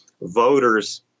voters